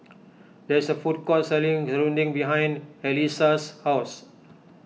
there is a food court selling Serunding behind Allyssa's house